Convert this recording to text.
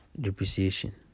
depreciation